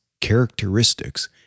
characteristics